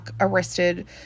arrested